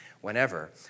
whenever